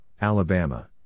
Alabama